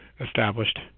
Established